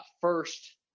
first